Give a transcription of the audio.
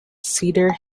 cedar